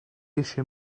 eisiau